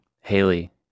Haley